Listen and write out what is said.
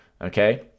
Okay